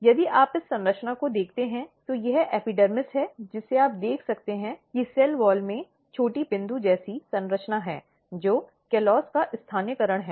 यदि आप इस संरचना को देखते हैं तो यह एपिडर्मिस है जिसे आप देख सकते हैं कि सेल वॉल में छोटी बिंदु जैसी संरचना हैं जो कॉलोस का स्थानीयकरण है